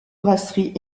brasserie